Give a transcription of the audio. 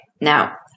now